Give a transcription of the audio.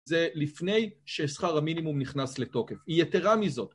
זה לפני שהשכר המינימום נכנס לתוקף, היא יותרה מזאת